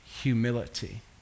humility